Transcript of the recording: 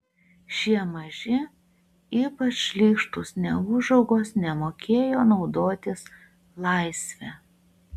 šie maži ypač šlykštūs neūžaugos nemokėjo naudotis laisve